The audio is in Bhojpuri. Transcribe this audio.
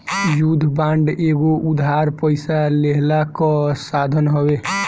युद्ध बांड एगो उधार पइसा लेहला कअ साधन हवे